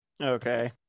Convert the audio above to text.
Okay